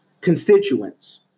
constituents